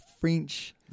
French